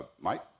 Mike